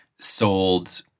sold